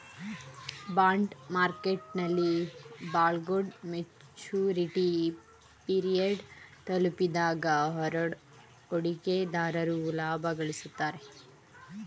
bond ಮಾರ್ಕೆಟ್ನಲ್ಲಿ ಬಾಂಡ್ಗಳು maturity period ತಲುಪಿದಾಗ ಹೂಡಿಕೆದಾರರು ಲಾಭ ಗಳಿಸುತ್ತಾರೆ